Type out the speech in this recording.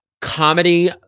Comedy